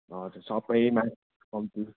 हजुर सबैमा कम्ती